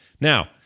Now